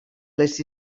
les